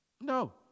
No